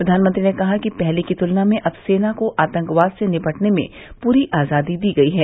प्रधानमंत्री ने कहा कि पहले की तुलना में अब सेना को आतंकवाद से निपटने में पूरी आजादी दी गई है